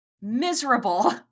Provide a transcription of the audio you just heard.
miserable